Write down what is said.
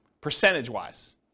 percentage-wise